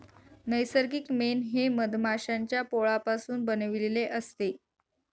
नैसर्गिक मेण हे मधमाश्यांच्या पोळापासून बनविलेले असते